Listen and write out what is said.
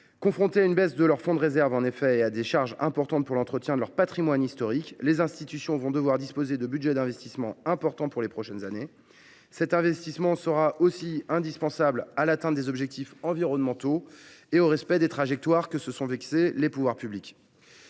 confrontées à une baisse de leurs fonds de réserve et à des charges importantes pour l’entretien de leur patrimoine historique, les institutions vont devoir disposer de budgets d’investissement importants dans les prochaines années. Cet investissement sera aussi indispensable à l’atteinte des objectifs environnementaux fixés par les pouvoirs publics